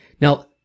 Now